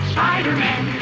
Spider-Man